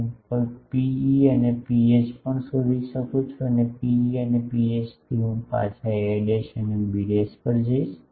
હું ρe અને ρh પણ શોધી શકું છું અને ρe અને ρh થી હું પાછા a અને b પર જઈશ